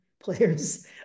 players